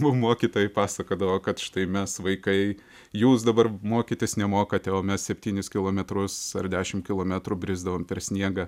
mokytojai pasakodavo kad štai mes vaikai jūs dabar mokytis nemokate o mes septynis kilometrus ar dešimt kilometrų brisdavom per sniegą